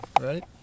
right